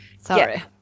sorry